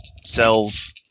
Cells